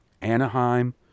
anaheim